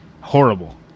horrible